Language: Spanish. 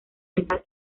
central